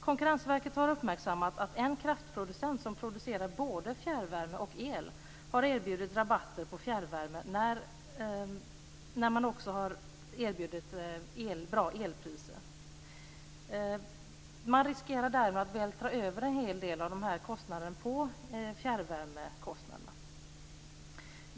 Konkurrensverket har uppmärksammat att en kraftproducent som producerar både fjärrvärme och el har erbjudit rabatter på fjärrvärme när man också har erbjudit bra elpriser. Därmed riskerar man att en hel del av kostnaderna vältras över på fjärrvärmekostnaderna.